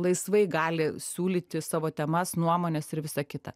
laisvai gali siūlyti savo temas nuomones ir visa kita